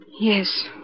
Yes